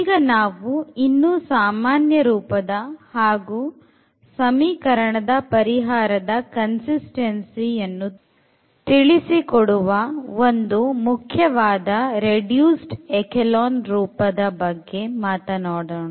ಈಗ ನಾವು ಇನ್ನು ಸಾಮಾನ್ಯ ರೂಪದ ಹಾಗು ಸಮೀಕರಣದ ಪರಿಹಾರದ ಕನ್ಸಿಸ್ಟೆನ್ಸಿ ಯನ್ನು ತಿಳಿಸಿಕೊಡುವ ಒಂದು ಮುಖ್ಯವಾದ ರೆಡ್ಯೂಸ್ಡ್ ಎಖೇಲನ್ ರೂಪದ ಬಗ್ಗೆ ಮಾತನಾಡೋಣ